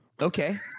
Okay